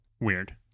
Weird